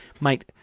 Mate